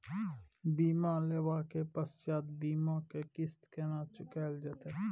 बीमा लेबा के पश्चात बीमा के किस्त केना चुकायल जेतै?